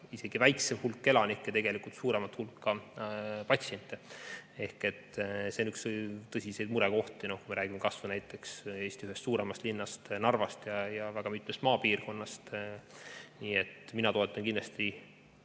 isegi väiksem hulk elanikke tegelikult suuremat hulka patsiente. Ehk see on üks tõsiseid murekohti, kui me räägime kas või näiteks Eesti ühest suuremast linnast Narvast ja väga mitmest maapiirkonnast. Nii et mina toetan kindlasti